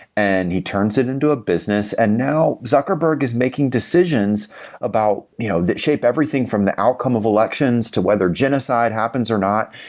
and he turns it into a business. and now zuckerberg is making decisions about you know that shape everything from the outcome of elections to whether genocide happens or not.